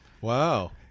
Wow